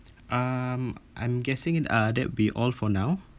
um I'm guessing it uh that'd be all for now